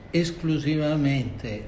esclusivamente